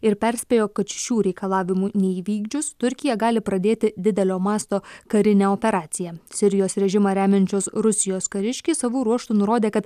ir perspėjo kad šių reikalavimų neįvykdžius turkija gali pradėti didelio masto karinę operaciją sirijos režimą remiančios rusijos kariškiai savo ruožtu nurodė kad